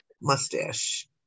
Mustache